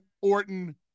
Orton